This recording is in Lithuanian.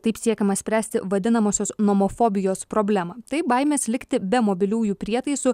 taip siekiama spręsti vadinamosios nomofobijos problemą tai baimės likti be mobiliųjų prietaisų